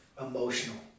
emotional